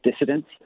Dissidents